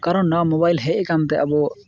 ᱠᱟᱨᱚᱱ ᱱᱚᱣᱟ ᱢᱚᱵᱟᱭᱤᱞ ᱦᱮᱡ ᱟᱠᱟᱱᱛᱮ ᱟᱵᱚ